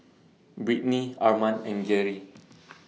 Britny Arman and Geary